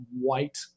white